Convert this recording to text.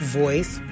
voice